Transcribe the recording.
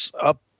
up